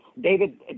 David